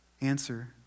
answer